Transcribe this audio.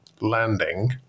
landing